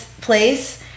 place